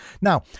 Now